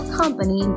company